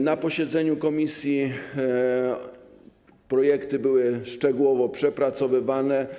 Na posiedzeniu komisji projekty były szczegółowo przepracowane.